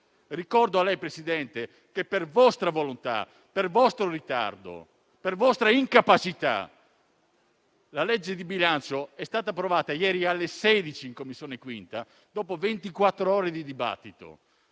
Ricordo a lei, Presidente, che per vostra volontà, per vostro ritardo, per vostra incapacità, il disegno di legge di bilancio è stato approvato ieri alle ore 16 in Commissione bilancio dopo ventiquattr'ore di dibattito,